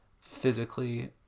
physically